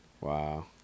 wow